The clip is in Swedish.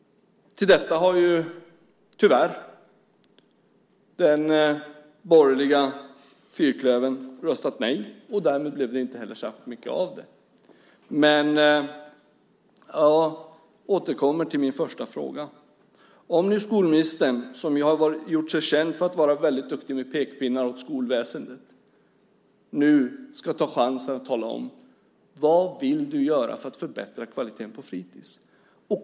Till detta har tyvärr den borgerliga fyrklövern röstat nej, och därmed blev det heller inte särskilt mycket av det. Jag återkommer till min första fråga. Kan skolministern, som gjort sig känd för att vara väldigt duktig med pekpinnar åt skolväsendet, nu ta chansen och tala om: Vad vill du göra för att förbättra kvaliteten på fritids?